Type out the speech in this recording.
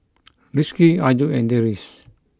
Rizqi Ayu and Deris